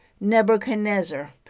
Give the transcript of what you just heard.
Nebuchadnezzar